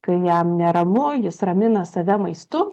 kai jam neramu jis ramina save maistu